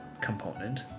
component